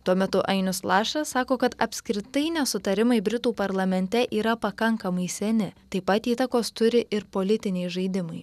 tuo metu ainius lašas sako kad apskritai nesutarimai britų parlamente yra pakankamai seni taip pat įtakos turi ir politiniai žaidimai